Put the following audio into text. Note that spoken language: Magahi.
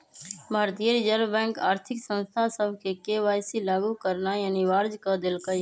भारतीय रिजर्व बैंक आर्थिक संस्था सभके के.वाई.सी लागु करनाइ अनिवार्ज क देलकइ